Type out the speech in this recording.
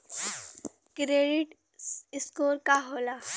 Credit score का होला?